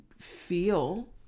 feel